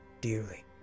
dearly